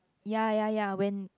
ya ya ya when